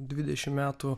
dvidešimt metų